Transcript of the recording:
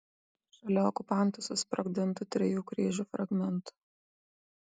šalia okupantų susprogdintų trijų kryžių fragmentų